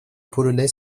polonais